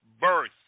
birth